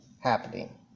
happening